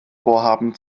vorhaben